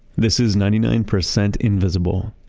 this is ninety nine percent invisible.